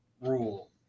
rule